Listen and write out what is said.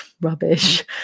rubbish